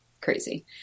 crazy